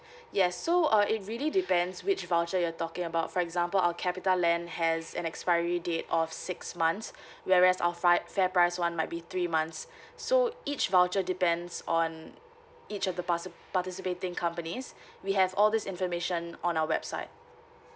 yes so uh it really depends which voucher you're talking about for example our capitaland has an expiry date of six months whereas our fri~ fairprice [one] might be three months so each voucher depends on each of the parci~ participating companies we have all these information on our website